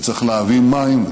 וצריך להביא מים,